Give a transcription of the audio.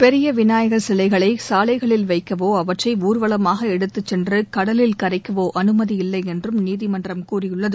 பெரிய விநாயகர் சிலைகளை சாலைகளில் வைக்கவோ அவற்றை ஊர்வலமாக எடுத்துக் சென்று கடலில் கரைக்கவோ அனுமதி இல்லை என்றும் நீதிமன்றம் கூறியுள்ளது